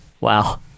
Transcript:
Wow